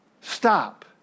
Stop